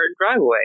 driveway